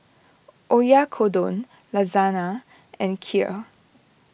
Oyakodon Lasagna and Kheer